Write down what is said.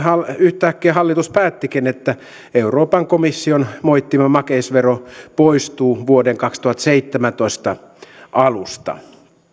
yhtäkkiä hallitus päättikin että euroopan komission moittima makeisvero poistuu vuoden kaksituhattaseitsemäntoista alusta